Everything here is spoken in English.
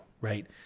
right